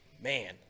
man